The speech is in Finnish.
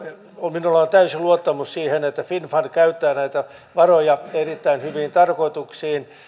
minulla on täysi luottamus siihen että finnfund käyttää näitä varoja erittäin hyviin tarkoituksiin